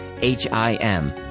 H-I-M